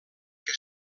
que